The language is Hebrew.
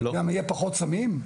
יהיו פחות סמים?